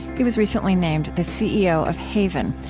he was recently named the ceo of haven,